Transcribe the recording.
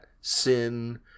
sin